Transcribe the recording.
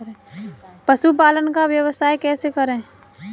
पशुपालन का व्यवसाय कैसे करें?